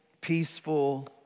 peaceful